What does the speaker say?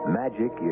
magic